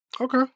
Okay